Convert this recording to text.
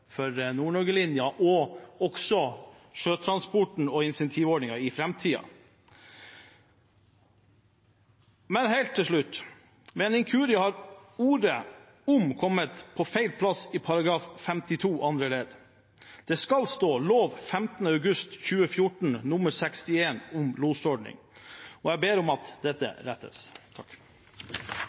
ordning for Nord-Norge-linjen og også sjøtransporten og incentivordningen i framtiden. Helt til slutt: Ved en inkurie har ordet «om» kommet på feil plass i § 52 annet ledd. Det skal stå: « lov 15. august 2014 nr. 61 om losordningen.» Jeg ber om at dette rettes.